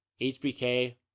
HBK